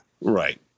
right